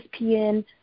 ESPN